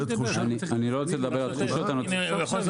אפשר לעשות